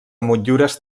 motllures